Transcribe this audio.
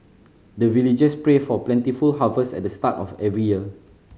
the villagers pray for plentiful harvest at the start of every year